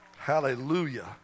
Hallelujah